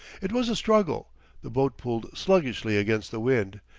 it was a struggle the boat pulled sluggishly against the wind,